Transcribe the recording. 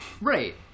Right